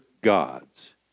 gods